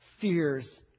fears